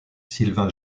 sylvain